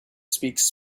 speaks